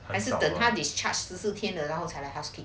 还是等他 discharge 十四天的然后才能 housekeeping